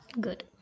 Good